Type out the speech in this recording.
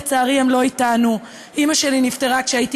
לצערי הם לא אתנו: אימא שלי נפטרה כשהייתי